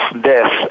death